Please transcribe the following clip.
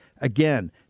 Again